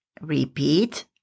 Repeat